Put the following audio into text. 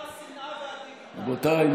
רבותיי,